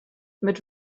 mit